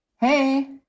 hey